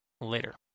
Later